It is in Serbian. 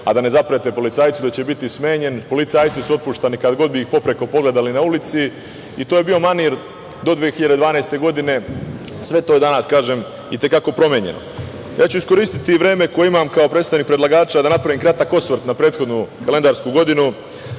a da ne zaprete policajcu da će biti smenjen. Policajci su otpuštani kada god bi ih popreko pogledali na ulici. To je bio manir do 2012. godine. Sve je to danas i te kako promenjeno. Iskoristiću vreme koje imam kao predstavnik predlagača da napravim kratak osvrt na prethodnu kalendarsku godinu. Narodna